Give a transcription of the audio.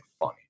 funny